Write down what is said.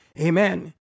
Amen